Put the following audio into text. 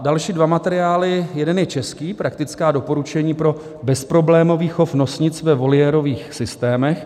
Další dva materiály jeden je český: Praktická doporučení pro bezproblémový chov nosnic ve voliérových systémech.